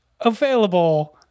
available